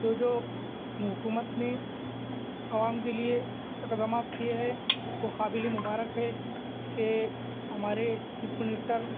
تو جو حکومت نے عوام کے لئے اقدامات کئے ہے وہ قابلِ مبارک ہے کہ ہمارے چیف منسٹر